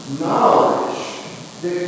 knowledge